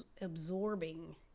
absorbing